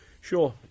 Sure